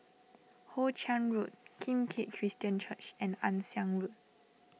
Hoe Chiang Road Kim Keat Christian Church and Ann Siang Road